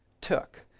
took